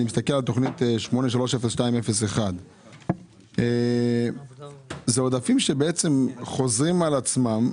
אני מסתכל על תוכנית 83-02-01. אלה עודפים שחוזרים על עצמם.